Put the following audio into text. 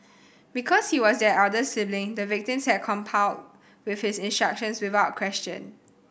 because he was their elder sibling the victims had complied with his instructions without question